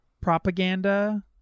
propaganda